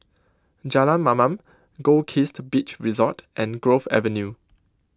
Jalan Mamam Goldkist Beach Resort and Grove Avenue